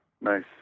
nice